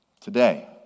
Today